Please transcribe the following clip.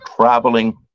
traveling